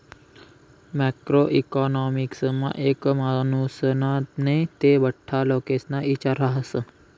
macro इकॉनॉमिक्समा एक मानुसना नै ते बठ्ठा लोकेस्ना इचार रहास